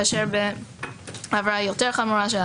לבין עבירה יותר חמורה,